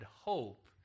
hope